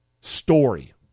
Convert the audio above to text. Story